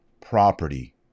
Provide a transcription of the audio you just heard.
property